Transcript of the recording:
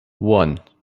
one